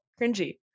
cringy